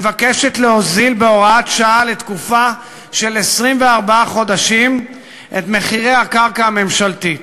מבקשת להוזיל בהוראת שעה לתקופה של 24 חודשים את מחירי הקרקע הממשלתית.